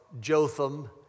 Jotham